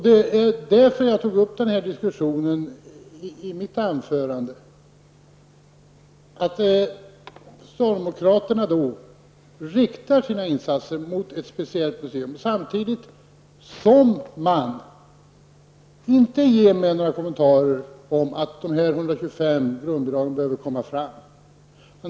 Det är därför jag tog upp denna diskussion i mitt anförande. Socialdemokraterna riktar sina insatser mot ett speciellt museum samtidigt som man inte ger några kommentarer om att dessa 125 grundbidrag behöver tas fram.